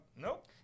nope